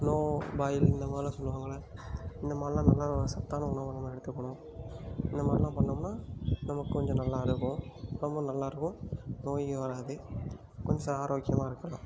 no பாயில் இந்தமாதிரிலாம் சொல்லுவாங்கல்ல இந்தமாதிரிலாம் நல்லா சத்தான உணவுகளை நம்ம எடுத்துக்கணும் இந்தமாதிரிலாம் பண்ணோம்னால் நமக்கு கொஞ்சம் நல்லா இருக்கும் ரொம்ப நல்லா இருக்கும் நோய் கீய் வராது கொஞ்சம் ஆரோக்கியமாக இருக்கலாம்